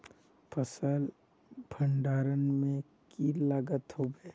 फसल भण्डारण में की लगत होबे?